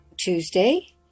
Tuesday